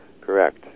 Correct